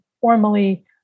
formally